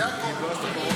זה הכול.